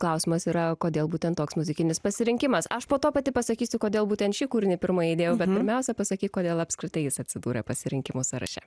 klausimas yra kodėl būtent toks muzikinis pasirinkimas aš po to pati pasakysiu kodėl būtent šį kūrinį pirmąjį įdėjau bet pirmiausia pasakyk kodėl apskritai jis atsidūrė pasirinkimų sąraše